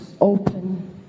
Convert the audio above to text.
open